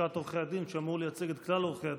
לשכת עורכי הדין, שאמור לייצג את כלל עורכי הדין,